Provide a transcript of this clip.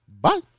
bye